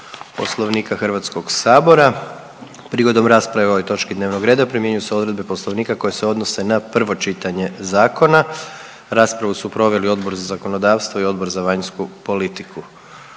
Poslovnika HS-a. Prigodom rasprave o ovoj točki dnevnog reda primjenjuju se odredbe poslovnika koje se odnose na prvo čitanje zakona. Raspravu su proveli Odbor za zakonodavstvo i Odbor za vanjsku politiku.